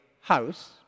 house